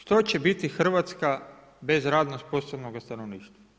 Što će biti Hrvatska bez radno sposobnoga stanovništva?